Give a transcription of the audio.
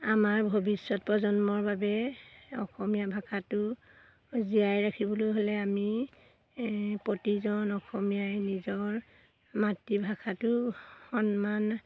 আমাৰ ভৱিষ্যত প্ৰজন্মৰ বাবে অসমীয়া ভাষাটো জীয়াই ৰাখিবলৈ হ'লে আমি প্ৰতিজন অসমীয়াই নিজৰ মাতৃভাষাটো সন্মান